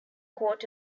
caught